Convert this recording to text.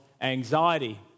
anxiety